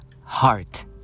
Heart